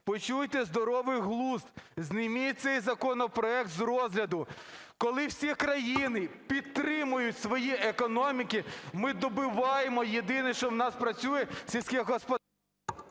почуйте здоровий глузд. Зніміть цей законопроект з розгляду. Коли всі країни підтримують свої економіки, ми добиваємо. Єдине, що у нас працює – сільське …